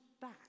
back